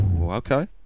okay